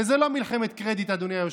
וזו לא מלחמת קרדיט, אדוני היושב-ראש.